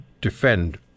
defend